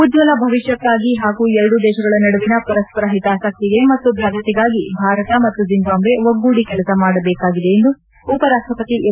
ಉಜ್ವಲ ಭವಿಷ್ಣಕ್ಕಾಗಿ ಹಾಗೂ ಎರಡೂ ದೇಶಗಳ ನಡುವಿನ ಪರಸ್ಪರ ಹಿತಾಸಕ್ತಿಗೆ ಮತ್ತು ಪ್ರಗತಿಗಾಗಿ ಭಾರತ ಮತ್ತು ಜಿಂಬಾಬ್ವೆ ಒಗ್ಗೂಡಿ ಕೆಲಸ ಮಾಡಬೇಕಾಗಿದೆ ಎಂದು ಉಪರಾಪ್ಪಪತಿ ಎಂ